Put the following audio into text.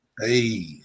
Hey